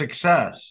success